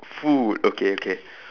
food okay okay